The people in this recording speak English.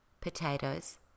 Potatoes